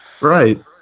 right